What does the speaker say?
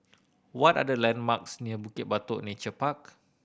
what are the landmarks near Bukit Batok Nature Park